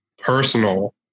Personal